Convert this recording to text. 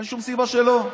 אין שום סיבה שלא.